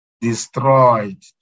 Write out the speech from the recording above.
destroyed